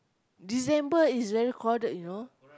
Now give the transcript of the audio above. December is very crowded you know